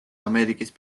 ამერიკის